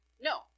No